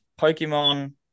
pokemon